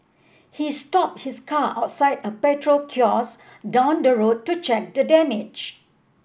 he stopped his car outside a petrol kiosk down the road to check the damage